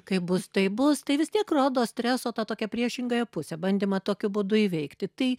kaip bus taip bus tai vis tiek rodo streso tą tokią priešingąją pusę bandymą tokiu būdu įveikti tai